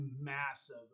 massive